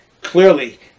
Clearly